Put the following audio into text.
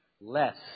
less